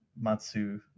Matsu